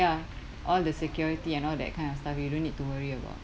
ya all the security and all that kind of stuff you don't need to worry about